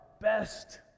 best